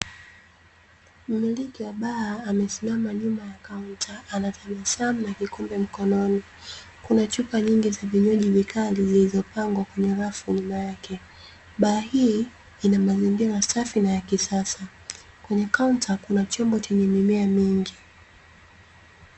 Mmilliki wa baa amesimama nyuma ya kaunta anatabasamu na kikombe mkononi, kuna chupa nyingi za vinywaji vikali zilizopangwa kwenye rafu nyuma yake, baa hii ina mazingira safi na ya kisasa, kwenye kaunta kuna chombo chenye mimea mingi.